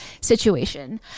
situation